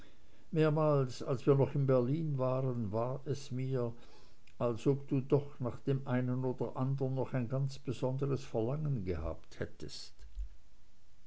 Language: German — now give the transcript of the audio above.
mehrmals als wir noch in berlin waren war es mir als ob du doch nach dem einen oder anderen noch ein ganz besonderes verlangen gehabt hättest